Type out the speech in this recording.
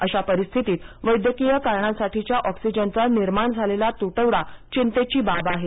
अशा परिस्थितीत वैद्यकीय कारणासाठीच्या ऑक्सिजनचा निर्माण झालेला तुटवडा चिंतेची बाब आहे